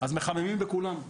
אז מחמים בכולם.